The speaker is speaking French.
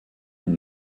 une